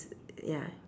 ya